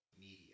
media